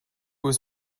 was